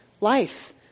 life